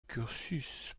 cursus